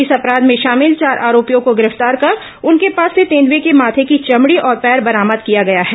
इस अपराध में शामिल चार आरोपियों को गिरफ्तार कर उनके पास से तेंदुए के माथे की चमड़ी और पैर बरामद किया गया है